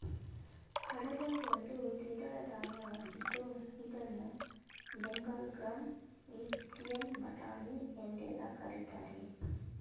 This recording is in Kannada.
ಕಡಲೆ ಒಂದು ದ್ವಿದಳ ಧಾನ್ಯವಾಗಿದ್ದು ಇದನ್ನು ಬೆಂಗಲ್ ಗ್ರಾಂ, ಈಜಿಪ್ಟಿಯನ್ ಬಟಾಣಿ ಎಂದೆಲ್ಲಾ ಕರಿತಾರೆ